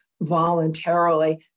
voluntarily